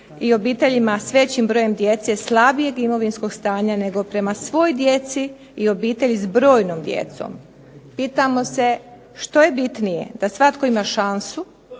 i obiteljima s većim brojem djece slabijeg imovinskog stanja nego prema svoj djeci i obitelji s brojnom djecom. Pitamo se što je bitnije, da svatko ima šansu